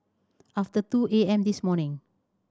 after two A M this morning